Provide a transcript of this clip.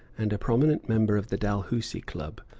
and a prominent member of the dalhousie club,